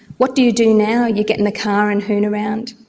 what do you do now? you get in the car and hoon around.